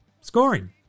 scoring